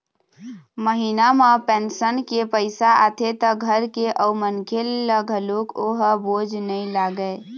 महिना म पेंशन के पइसा आथे त घर के अउ मनखे ल घलोक ओ ह बोझ नइ लागय